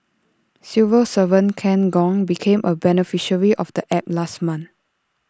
civil servant Ken Gong became A beneficiary of the app last month